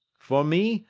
for me,